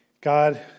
God